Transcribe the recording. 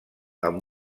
amb